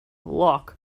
lough